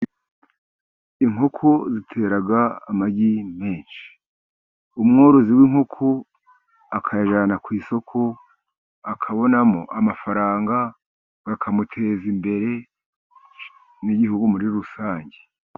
Inkoko zitera amagi menshi. Umworozi w'inkoko akayajyana ku isoko, akabonamo amafaranga, akamuteza imbere n'igihugu muri rusange.